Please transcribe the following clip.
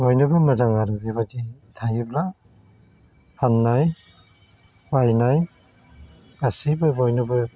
बयनोबो मोजां जागोन बेबायदि थायोब्ला फान्नाय बायनाय गासिबो बयनोबो